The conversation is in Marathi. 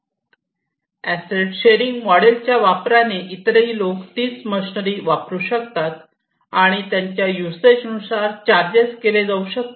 अॅसेट शेअरिंग मोडेल च्या वापराने इतरही लोक तीच मशनरी वापरू शकतात आणि त्यांच्या युसेज नुसार चार्जेस केले जाऊ शकतात